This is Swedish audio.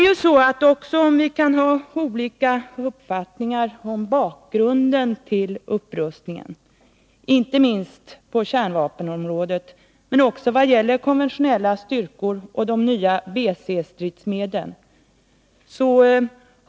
Man kan ha olika uppfattning om bakgrunden till upprustningen, inte minst på kärnvapenområdet men också vad gäller konventionella styrkor och 21 de nya BC-stridsmedlen.